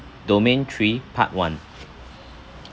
domain three part one